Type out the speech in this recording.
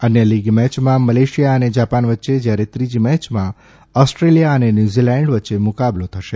અન્ય લીગ મેચમાં મલેશિયા અને જાપાન વચ્ચે જ્યારે ત્રીજી મેચમાં ઓસ્ટ્રેલિયા અને ન્યુઝીલેન્ડ વચ્ચે મુકાબલા થશે